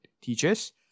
teachers